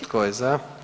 Tko je za?